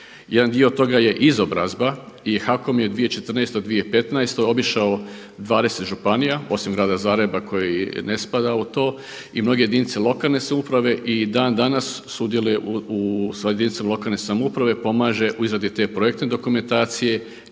Jedan dio toga je izobrazba i HAKOM je 2014. i 2015. obišao 20 županija osim grada Zagreba koji ne spada u to i mnoge jedinice lokalne samouprave i dan danas sudjeluje sa jedinica lokalne samouprave pomaže u izradi te projektne dokumentacije